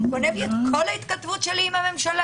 הוא גונב לי את כל ההתכתבות שלי עם הממשלה.